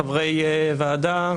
חברי ועדה,